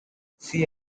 see